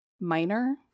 minor